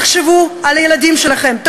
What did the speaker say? תחשבו על הילדים שלכם,